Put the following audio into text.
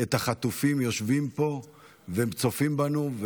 את החטופים יושבים פה והם צופים בנו,